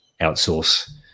outsource